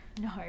No